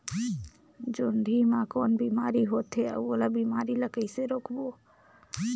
जोणी मा कौन बीमारी होथे अउ ओला बीमारी ला कइसे रोकबो?